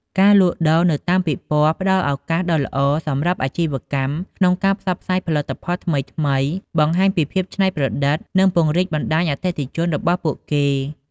ការលក់ដូរនៅតាមពិព័រណ៍ផ្ដល់ឱកាសដ៏ល្អសម្រាប់អាជីវកម្មក្នុងការផ្សព្វផ្សាយផលិតផលថ្មីៗ បង្ហាញពីភាពច្នៃប្រឌិត និងពង្រីកបណ្ដាញអតិថិជនរបស់ពួកគេ។